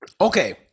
okay